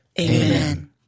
Amen